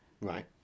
Right